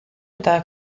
eta